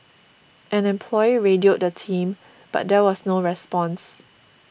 an employee radioed the team but there was no response